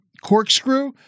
corkscrew